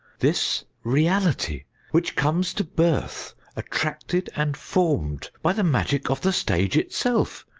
this reality which comes to birth attracted and formed by the magic of the stage itself,